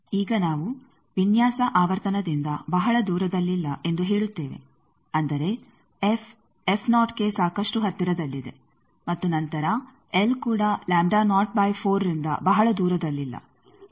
ಈಗ ನಾವು ವಿನ್ಯಾಸ ಆವರ್ತನದಿಂದ ಬಹಳ ದೂರದಲ್ಲಿಲ್ಲ ಎಂದು ಹೇಳುತ್ತೇವೆ ಅಂದರೆ ಎಫ್ ಗೆ ಸಾಕಷ್ಟು ಹತ್ತಿರದಲ್ಲಿದೆ ಮತ್ತು ನಂತರ ಎಲ್ ಕೂಡ ರಿಂದ ಬಹಳ ದೂರದಲ್ಲಿಲ್ಲ